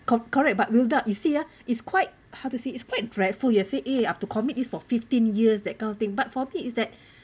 co~ correct but will doubt you see ah is quite how to say it's quite dreadful you will say eh I have to commit this for fifteen years that kind of thing but for me is that